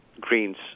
Greens